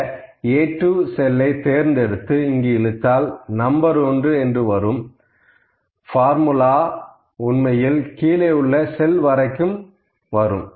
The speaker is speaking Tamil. இந்த A2 செல்லை தேர்ந்தெடுத்து இங்கு இழுத்தால் நம்பர் 1 என்று வரும் ஃபார்முலா உண்மையில் கீழே உள்ள செல் வரைக்கும் வரும்